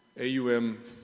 AUM